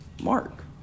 mark